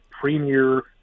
premier